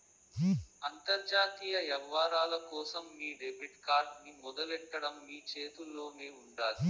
అంతర్జాతీయ యవ్వారాల కోసం మీ డెబిట్ కార్డ్ ని మొదలెట్టడం మీ చేతుల్లోనే ఉండాది